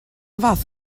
fath